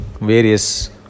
various